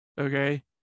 okay